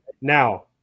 Now